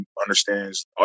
understands